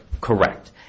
Correct